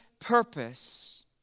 purpose